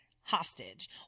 hostage